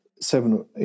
seven